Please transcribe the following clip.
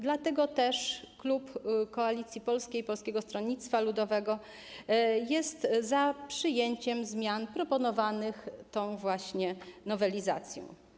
Dlatego też klub Koalicji Polskiej - Polskiego Stronnictwa Ludowego jest za przyjęciem zmian proponowanych w tej nowelizacji.